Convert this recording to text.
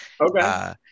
okay